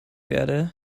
werde